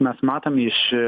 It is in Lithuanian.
mes matome iš